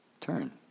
Turn